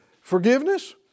Forgiveness